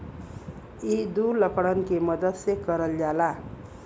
इ दू लड़कन के मदद से करल जाला